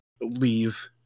leave